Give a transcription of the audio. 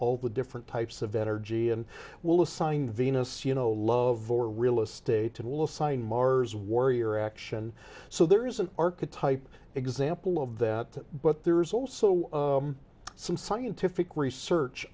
all the different types of energy and will assign venus you know love or real estate and will assign mars warrior action so there is an archetype example of that but there is also some scientific research